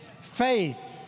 Faith